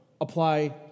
apply